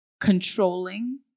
controlling